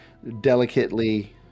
delicately